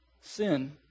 sin